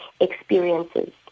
experiences